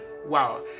Wow